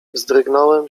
wzdrygnąłem